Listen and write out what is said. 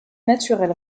naturel